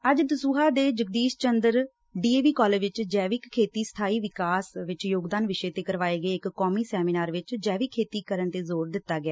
ਅੱਜ ਦਸੁਹਾ ਦੇ Jagdish Chander D A V college ਵਿਚ ਜੈਵਿਕ ਖੇਤੀ ਦਾ ਸਬਾਈ ਵਿਕਾਸ ਵਿਚ ਯੋਗਦਾਨ ਵਿਸ਼ੇ ਤੇ ਕਰਵਾਏ ਗਏ ਇਕ ਕੌਮੀ ਸੈਮੀਨਾਰ ਵਿਚ ਜੈਵਿਕ ਖੇਤੀ ਕਰਨ ਤੇ ਜੋਰ ਦਿੱਤਾ ਗਿਆ